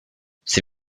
sie